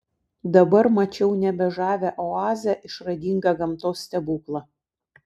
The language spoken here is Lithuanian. dabar mačiau nebe žavią oazę išradingą gamtos stebuklą